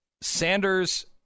Sanders